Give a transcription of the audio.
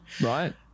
Right